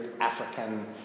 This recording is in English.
African